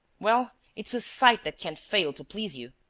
well, it's a sight that can't fail to please you.